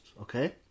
okay